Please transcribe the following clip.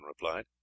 replied